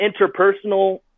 interpersonal